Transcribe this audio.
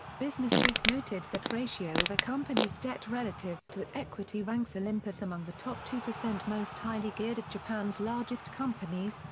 businessweek noted that ratio of a company's debt relative to its equity ranks olympus among the top two percent most highly geared of japan's largest companies,